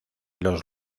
los